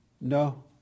No